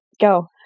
go